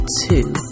two